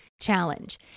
challenge